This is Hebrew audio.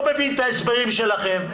לא מבין את ההסברים שלכם,